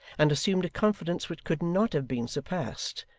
and assumed a confidence which could not have been surpassed,